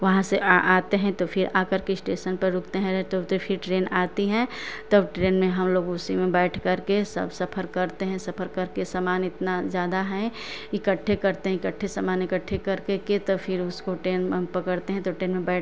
वहाँ से आते हैं तो फिर आकर के इस्टेसन पर रुकते हैं नही तो तो फिर ट्रेन आती हैं तब ट्रेन में हम लोग उसी में बैठ कर के सब सफर करते हैं सफर करके सामान इतना ज़्यादा है इकट्ठे करते हैं इकट्ठे समान इकट्ठे करके के तो फिर उसको टेन हम पकड़ते हैं तो टेन में बैठ